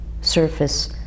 surface